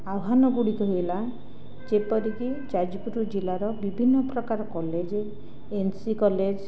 ଆହ୍ଵାନ ଗୁଡ଼ିକ ହେଲା ଯେପରିକି ଯାଜପୁର ଜିଲ୍ଲାର ବିଭିନ୍ନ ପ୍ରକାର କଲେଜ ଏନ୍ ସି କଲେଜ